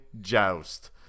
joust